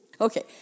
Okay